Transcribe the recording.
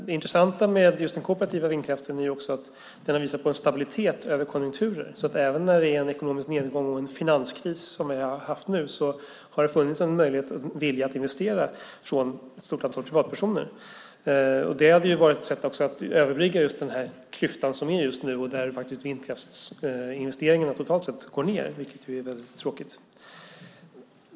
Det intressanta med just den kooperativa vindkraften är också att den har visat på en stabilitet över konjunkturer, så att även i en ekonomisk nedgång och finanskris, som vi har haft nu, har det funnits en möjlighet och vilja att investera från ett stort antal privatpersoner. Det hade varit ett sätt att överbrygga den klyfta som finns just nu där vindkraftsinvesteringarna totalt sett nu går ned, vilket är väldigt tråkigt.